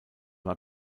war